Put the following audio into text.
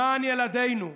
למען ילדינו,